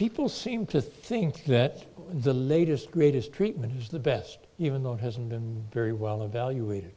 people seem to think that the latest greatest treatment is the best even though it hasn't been very well evaluated